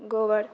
गोबर